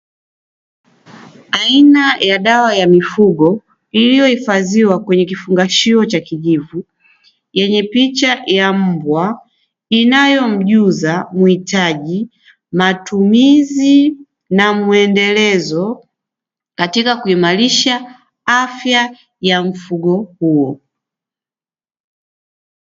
Aina ya dawa za mifugo iliyohifadhiwa kwenye kifungashio cha kijivu, yenye picha ya mbwa, inayomjuza muhitaji matumizi na mwendelezo katika kuimarisha afya ya mfugo huo.